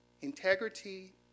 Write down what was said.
Integrity